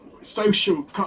social